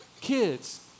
Kids